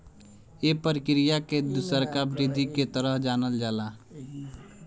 ए प्रक्रिया के दुसरका वृद्धि के तरह जानल जाला